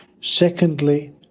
Secondly